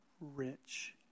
rich